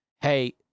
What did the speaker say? hey